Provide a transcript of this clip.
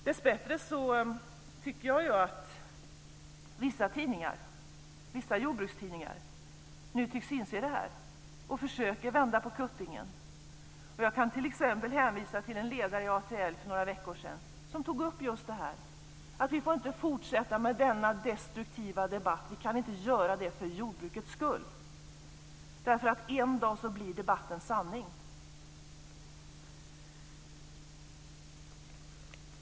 Dessbättre tror jag att vissa jordbrukstidningar nu tycks inse detta och försöker vända på kuttingen. Jag kan t.ex. hänvisa till en ledare i ATL för några veckor sedan som tog upp just detta, dvs. att vi inte får fortsätta med denna destruktiva debatt. Vi kan inte göra det för jordbrukets skull, därför att debatten en dag blir sanning.